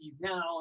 now